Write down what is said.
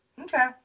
Okay